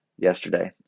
yesterday